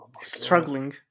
Struggling